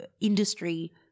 industry